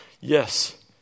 Yes